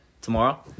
tomorrow